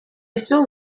saw